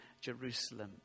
Jerusalem